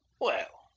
well,